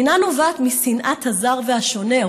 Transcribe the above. אינה נובעת משנאת הזר והשונה,